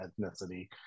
ethnicity